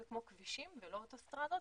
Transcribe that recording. זה כמו כבישים ולא אוטוסטרדות,